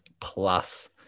plus